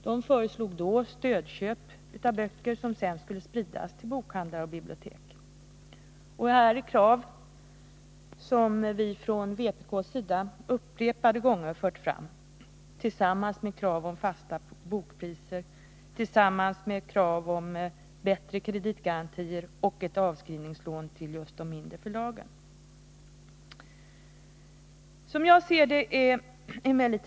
Den föreslog omfattande stödköp av böcker som sedan skulle spridas till bokhandlare och bibliotek. Krav i den riktningen har vi från vpk:s sida upprepade gånger fört fram tillsammans med krav på fasta bokpriser, bättre kreditgarantier och ett avskrivningslån till just de mindre förlagen.